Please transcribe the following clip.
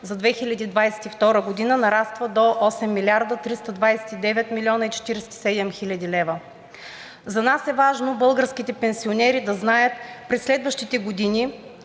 за 2022 г. нараства до 8 млрд. 329 млн. 47 хил. лв. За нас е важно българските пенсионери да знаят през следващите години